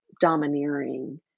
domineering